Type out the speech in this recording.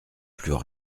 plus